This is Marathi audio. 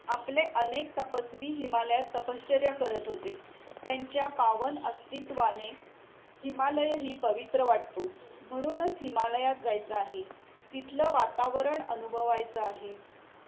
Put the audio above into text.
आपले अनेक तपस्वी हिमालयात तपश्चर्या करत होते त्यांच्या पावन अस्तित्वाने हिमालयही पवित्र वाटतो म्हणूनच हिमालयात जायचं आहे तिथलं वातावरण अनुभवायचं आहे